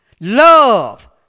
Love